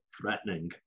threatening